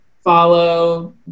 follow